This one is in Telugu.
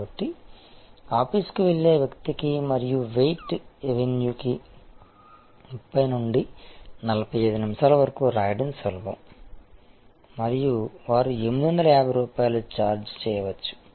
కాబట్టి ఆఫీసుకి వెళ్లే వ్యక్తికి మరియు వెయిట్ ఎవెన్యూకి 30 నుండి 45 నిమిషాల వరకు వ్రాయడం సులభం మరియు వారు 850 రూపాయలు ఛార్జ్ చేయవచ్చు